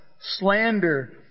slander